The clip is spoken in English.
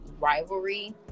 rivalry